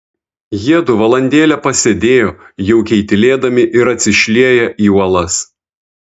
jiedu valandėlę pasėdėjo jaukiai tylėdami ir atsišlieję į uolas